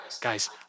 Guys